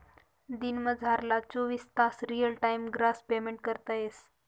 दिनमझारला चोवीस तास रियल टाइम ग्रास पेमेंट करता येस